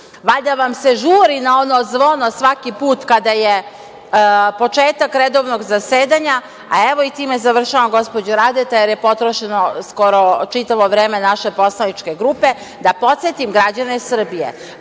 Valjda vam se žuri na ono zvono svaki put kada je početak redovnog zasedanja, a evo i time završavam, gospođo Radeta, jer je potrošeno skoro čitavo vreme naše poslaničke grupe, da podsetim građane